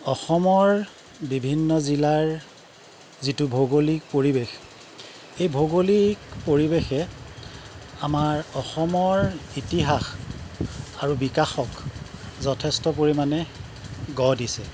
অসমৰ বিভিন্ন জিলাৰ যিটো ভৌগোলিক পৰিৱেশ এই ভৌগোলিক পৰিৱেশে আমাৰ অসমৰ ইতিহাস আৰু বিকাশক যথেষ্ট পৰিমাণে গঢ় দিছে